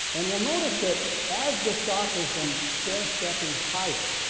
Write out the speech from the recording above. and we'll notice that as the stock has been stair stepping higher,